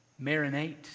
marinate